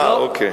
אוקיי.